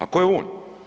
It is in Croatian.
A ko je on?